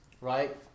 right